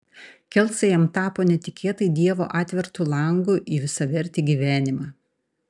kelcai jam tapo netikėtai dievo atvertu langu į visavertį gyvenimą